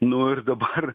nu ir dabar